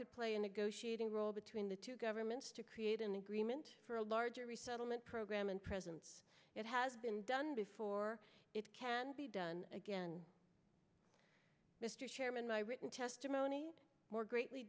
could play a negotiating role between the two governments to create an agreement for a larger resettlement program and presence it has been done before it can be done again mr chairman my written testimony more greatly